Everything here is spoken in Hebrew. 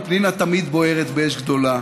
ופנינה תמיד בוערת באש גדולה,